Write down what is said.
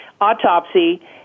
autopsy